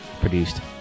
produced